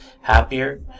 happier